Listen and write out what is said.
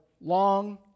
long